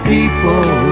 People